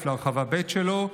להרחבה א' ולהרחבה ב' שלו.